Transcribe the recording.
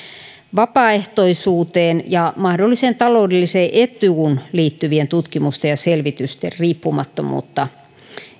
vapaaehtoisuuteen ja mahdolliseen taloudelliseen etuun liittyvien tutkimusten ja selvitysten riippumattomuutta